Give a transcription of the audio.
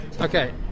okay